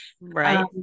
Right